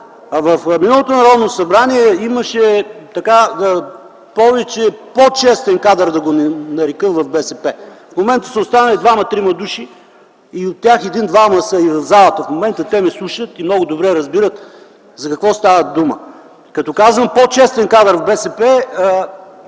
В миналото Народно събрание имаше повече по-честен кадър, да го нарека, в БСП. В момента са останали 2-3 души. От тях 1-2 са в залата в момента, те ме слушат и много добре разбират за какво става дума. Като казвам „по-честен кадър в БСП”